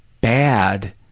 bad